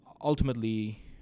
ultimately